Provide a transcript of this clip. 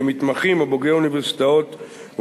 שהם מתמחים או בוגרי אוניברסיטאות או